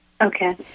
Okay